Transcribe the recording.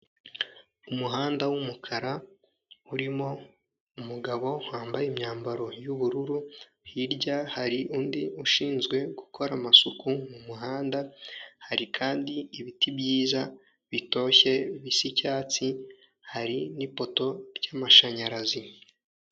Umuhanda w'umukara urimo umugabo wambaye imyambaro y'ubururu, hirya hari undi ushinzwe gukora amasuku mu muhanda hari kandi ibiti byiza bitoshye bisa icyatsi hari n'ipoto ry'amashanyarazi.